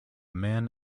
man